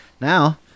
now